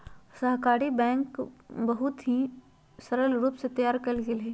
सहकारी बैंक के नियम के बहुत ही सरल रूप से तैयार कइल गैले हई